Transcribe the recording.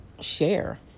share